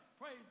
Praise